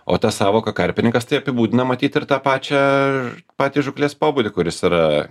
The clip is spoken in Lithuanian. o ta sąvoka karpininkas tai apibūdina matyt ir tą pačią ir patį žūklės pobūdį kuris yra